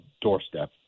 doorstep